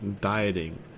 dieting